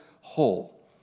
whole